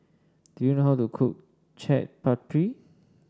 do you know how to cook Chaat Papri